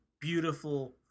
beautiful